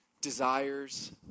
desires